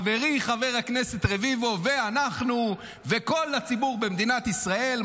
חברי חבר הכנסת רביבו ואנחנו וכל הציבור במדינת ישראל,